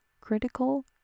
critical